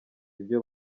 ibyo